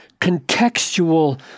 contextual